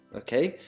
okay.